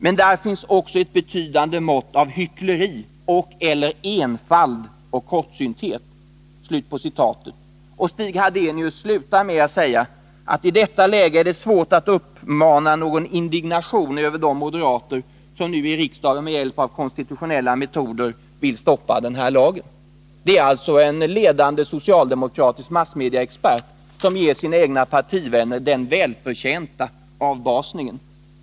Men där finns också ett betydande mått av hyckleri och/eller enfald och kortsynthet.” Stig Hadenius slutar med att säga: ”I detta läge är det svårt att uppmana någon indignation över de moderater som nu i riksdagen med hjälp av konstitutionella finter vill sätta krokben på sina gamla regeringsbröder.” Det är alltså en ledande socialdemokratisk massmediaexpert som ger sina egna partivänner den välförtjänta avbasningen.